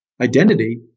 identity